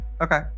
Okay